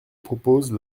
propose